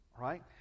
right